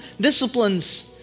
disciplines